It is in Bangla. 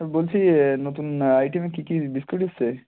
বলছি এ নতুন আইটেমে কী কী বিস্কুট এসেছে